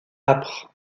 âpre